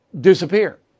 disappear